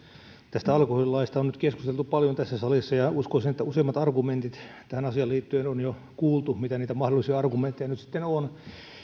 tästä alkoholilaista on nyt keskusteltu paljon tässä salissa ja uskoisin että useimmat argumentit tähän asian liittyen on jo kuultu mitä niitä mahdollisia argumentteja nyt sitten on